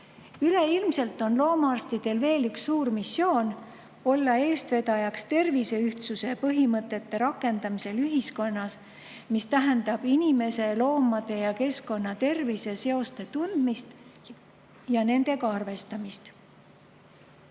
Üleilmselt on loomaarstidel veel üks suur missioon: olla eestvedajaks terviseühtsuse põhimõtete rakendamisel ühiskonnas, mis tähendab inimese, loomade ja keskkonna tervise seoste tundmist ning nendega